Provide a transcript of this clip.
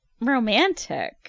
romantic